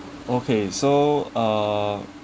okay so uh